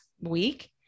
week